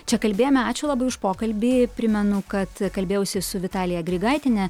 čia kalbėjome ačiū labai už pokalbį primenu kad kalbėjausi su vitalija grigaitiene